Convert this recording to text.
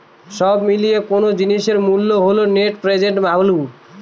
সব মিলিয়ে কোনো জিনিসের মূল্য হল নেট প্রেসেন্ট ভ্যালু